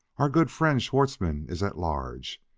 our good friend, schwartzmann, is at large,